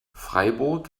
freiburg